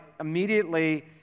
immediately